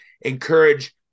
encourage